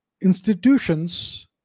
institutions